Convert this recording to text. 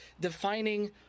defining